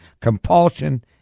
compulsion